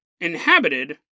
inhabited